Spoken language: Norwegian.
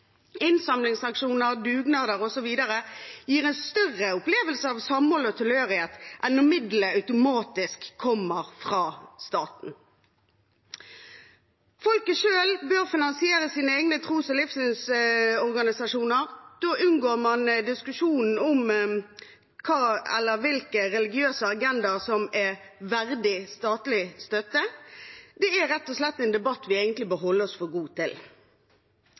Innsamlingsaksjoner, dugnader osv. gir en større opplevelse av samhold og tilhørighet enn om midlene automatisk kommer fra staten. Folk selv bør finansiere sine egne tros- og livssynsorganisasjoner. Da unngår man diskusjonen om hvilke religiøse agendaer som er verdig statlig støtte. Det er rett og slett en debatt vi egentlig bør holde oss for god til.